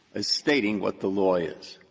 as stating what the law is.